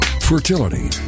Fertility